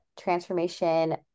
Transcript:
transformation